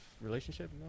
relationship